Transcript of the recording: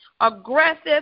Aggressive